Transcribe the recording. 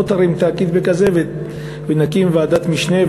בוא תרים את הקיטבג הזה ונקים ועדת משנה,